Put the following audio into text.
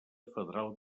federal